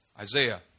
Isaiah